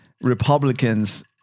Republicans